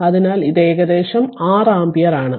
അതിനാൽ ഇത് ഏകദേശം 6 ആമ്പിയർ ആണ്